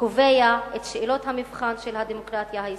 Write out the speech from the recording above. קובע את שאלות המבחן של הדמוקרטיה הישראלית.